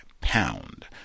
pound-